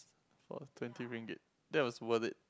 for twenty ringgit that was worth it